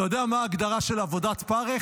אתה יודע מה ההגדרה של עבודת פרך?